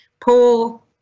Paul